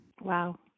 Wow